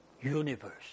universe